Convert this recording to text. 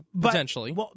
potentially